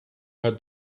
her